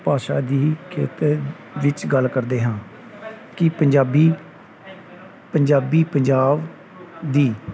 ਭਾਸ਼ਾ ਦੀ ਖੇਤਰ ਵਿੱਚ ਗੱਲ ਕਰਦੇ ਹਾਂ ਕਿ ਪੰਜਾਬੀ ਪੰਜਾਬੀ ਪੰਜਾਬ ਦੀ